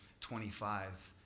25